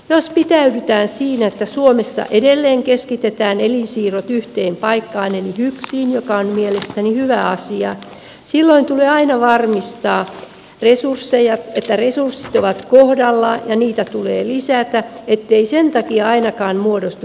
jos pitäydytään siinä että suomessa edelleen keskitetään elinsiirrot yhteen paikkaan eli hyksiin mikä on mielestäni hyvä asia silloin tulee aina varmistaa että resurssit ovat kohdallaan ja niitä tulee lisätä ettei sen takia ainakaan muodostu potilasjonoja